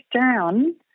down